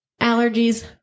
allergies